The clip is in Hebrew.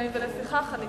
את